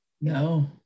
no